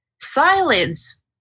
Silence